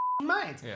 mind